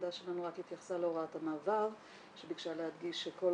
העמדה שלנו רק התייחסה להוראת המעבר שביקשה להדגיש שכל